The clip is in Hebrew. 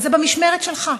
וזה במשמרת שלך,